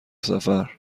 سفر